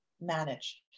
manage